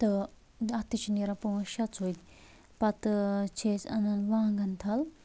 تہٕ اتھ تہِ چھِ نیران پانٛژھ شیٚے ژُلۍ پتہٕ چھِ أسۍ انان وانٛگن تھل